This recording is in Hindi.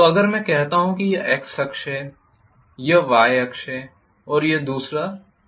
तो अगर मैं कहता हूं कि यह X अक्ष है यह Y अक्ष है और यह दूसरा Z अक्ष है